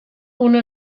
una